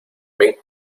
ven